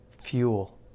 fuel